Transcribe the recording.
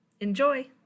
Enjoy